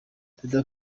perezida